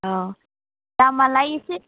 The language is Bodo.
अ' दामालाय एसे